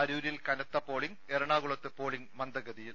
അരൂരിൽ കനത്ത പോളിംഗ് എറണാകുളത്ത് പോളിംഗ് മന്ദഗ്തിയിൽ